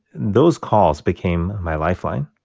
those calls became my lifeline.